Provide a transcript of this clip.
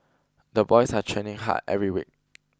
the boys are training hard every week